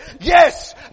yes